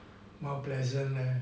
mount pleasant there